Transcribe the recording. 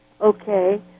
Okay